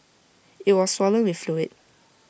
IT was swollen with fluid